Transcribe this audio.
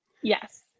Yes